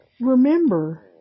Remember